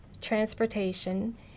transportation